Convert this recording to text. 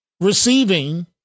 Receiving